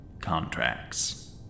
contracts